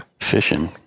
fishing